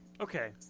Okay